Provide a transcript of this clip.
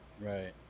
right